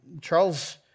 Charles